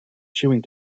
chewing